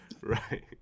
Right